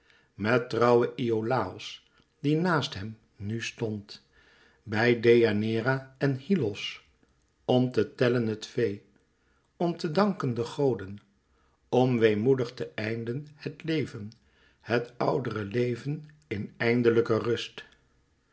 met trouwen iolàos die naast hem nu stond bij deianeira en hyllos om te tellen het vee om te danken de goden om weemoedig te einden het leven het oudere leven in eindelijke rust